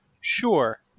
Sure